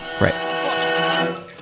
Right